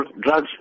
drugs